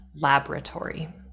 laboratory